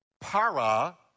para